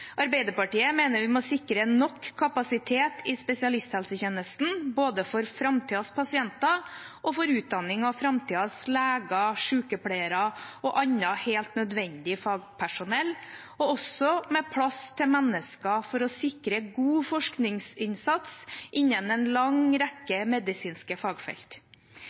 Arbeiderpartiet mener vi må sikre nok kapasitet i spesialisthelsetjenesten, både for framtidens pasienter og for utdanning av framtidens leger, sykepleiere og annet helt nødvendig fagpersonell, og også med plass til mennesker for å sikre god forskningsinnsats innen en lang rekke medisinske fagfelt.